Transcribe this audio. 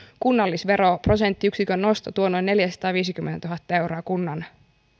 kunnallisveroprosenttiyksikön nosto tuo noin neljäsataaviisikymmentätuhatta euroa kunnan